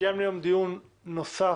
קיימנו היום דיון נוסף,